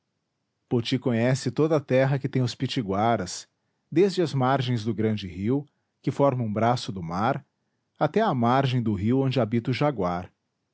cristão poti conhece toda a terra que tem os pitiguaras desde as margens do grande rio que forma um braço do mar até à margem do rio onde habita o jaguar